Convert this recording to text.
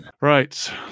Right